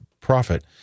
profit